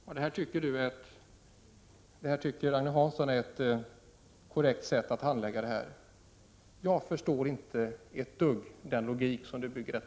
Men Agne Hansson tycker alltså att detta är ett korrekt sätt att handlägga ärendet på. Jag förstår inte ett dugg av logiken i det.